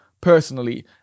personally